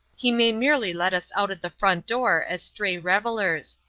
he may merely let us out at the front door as stray revellers.